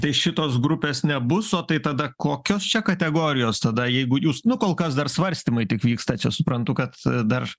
tai šitos grupės nebus o tai tada kokios čia kategorijos tada jeigu jūs nu kol kas dar svarstymai tik vyksta čia suprantu kad dar